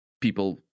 people